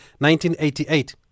1988